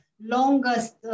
longest